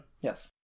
Yes